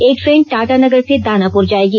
एक ट्रेन टाटानगर से दानापूर जाएगी